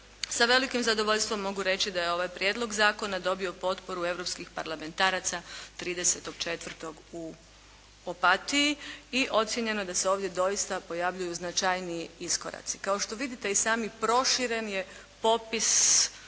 Sa velikim zadovoljstvom mogu reći da je ovaj prijedlog zakona dobio potporu europskih parlamentaraca 30.4. u Opatiji i ocijenjeno je da se ovdje doista pojavljuju značajniji iskoraci. Kao što vidite i sami proširen je popis